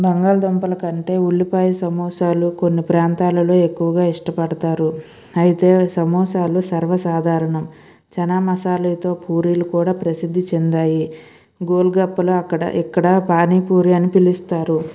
బంగాళదుంపల కంటే ఉల్లిపాయ సమోసాలు కొన్ని ప్రాంతాలలో ఎక్కువగా ఇష్టపడతారు అయితే సమోసాలు సర్వసాధారణం జనామసాలతో పూరీలు కూడా ప్రసిద్ధి చెందాయి గోల్గపుల అక్కడ ఇక్కడ పానీపూరి అని పిలుస్తారు